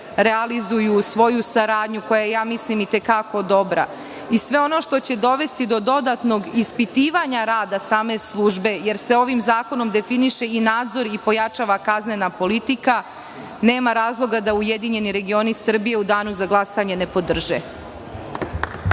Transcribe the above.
realizuju svoju saradnju koja mislim da je i te kako dobra i sve ono što će dovesti do dodatnog ispitivanja rada same službe, jer se ovim zakonom definiše i nadzor i pojačava kaznena politika, nema razloga da URS u danu za glasanje ne podrže.